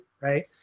right